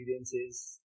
experiences